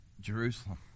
Jerusalem